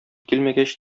килмәгәч